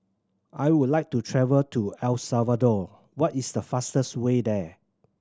I would like to travel to El Salvador what is the fastest way there